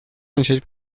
начать